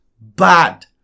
bad